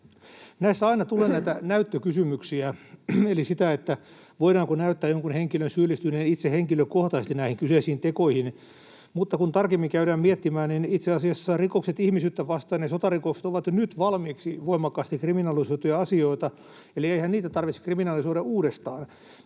Näissä aina tulee näitä näyttökysymyksiä, eli voidaanko näyttää jonkun henkilön syyllistyneen itse henkilökohtaisesti näihin kyseisiin tekoihin. Mutta kun tarkemmin käydään miettimään, niin itse asiassa rikokset ihmisyyttä vastaan ja sotarikokset ovat jo nyt valmiiksi voimakkaasti kriminalisoituja asioita, eli eihän niitä tarvitsisi kriminalisoida uudestaan.